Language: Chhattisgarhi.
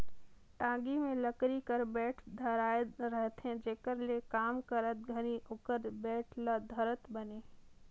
टागी मे लकरी कर बेठ धराए रहथे जेकर ले काम करत घनी ओकर बेठ ल धरत बने